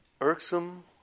irksome